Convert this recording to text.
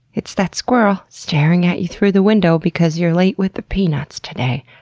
it's that squirrel staring at you through the window because you're late with the peanuts today,